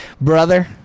brother